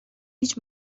هیچ